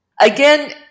Again